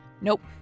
Nope